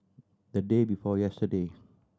the day before yesterday